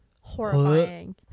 Horrifying